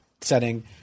setting